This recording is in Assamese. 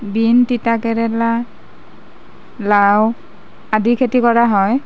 বীন তিতা কেৰেলা লাও আদি খেতি কৰা হয়